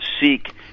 seek